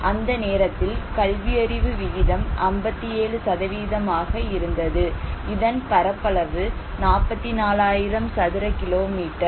அந்த நேரத்தில் கல்வியறிவு விகிதம் 57 ஆக இருந்தது இதன் பரப்பளவு 44000 சதுர கிலோமீட்டர்